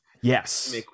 Yes